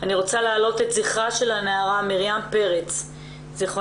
אני רוצה להעלות את זכרה של הנערה מרים פרץ ז"ל.